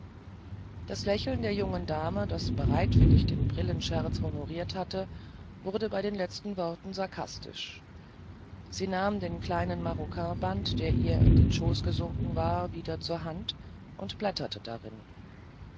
das lächeln der jungen dame das bereitwillig den brillenscherz honoriert hatte wurde bei den letzten worten sarkastisch sie nahm den kleinen maroquinband der ihr in den schoß gesunken war wieder zur hand und blätterte darin